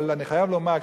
אבל אני חייב לומר,